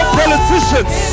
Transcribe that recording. politicians